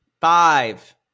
Five